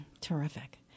Terrific